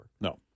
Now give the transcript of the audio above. No